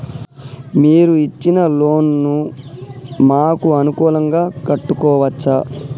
మీరు ఇచ్చిన లోన్ ను మాకు అనుకూలంగా కట్టుకోవచ్చా?